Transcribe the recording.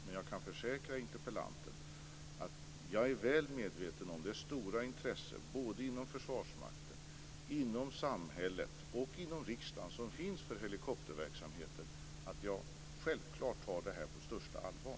Men jag kan försäkra interpellanten om att jag är väl medveten om det stora intresse som finns inom Försvarsmakten, samhället och riksdagen för helikopterverksamheten, och jag tar självfallet detta på största allvar.